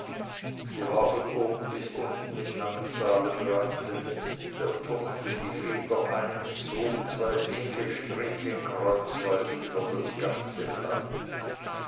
sie war von oben bis unten mit langen zahlenreihen bedeckt er tunkte die feder ein und zog zwei dicke striche kreuzweis über das ganze blatt